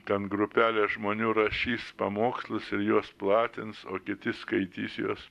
ten grupelė žmonių rašys pamokslus ir juos platins o kiti skaitys juos